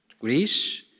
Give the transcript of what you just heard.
Greece